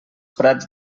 prats